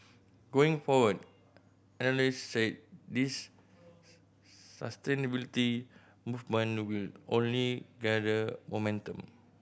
going forward analyst said this sustainability movement will only gather momentum